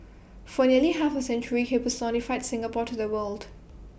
for nearly half A century he personified Singapore to the world